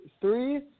three